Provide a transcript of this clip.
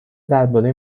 درباره